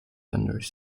vendors